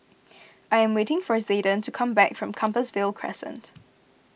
I am waiting for Zayden to come back from Compassvale Crescent